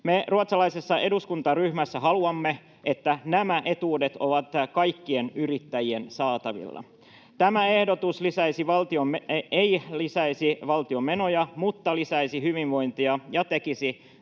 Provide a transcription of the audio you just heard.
Me ruotsalaisessa eduskuntaryhmässä haluamme, että nämä etuudet ovat kaikkien yrittäjien saatavilla. Tämä ehdotus ei lisäisi valtion menoja mutta lisäisi hyvinvointia ja tukisi